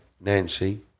Nancy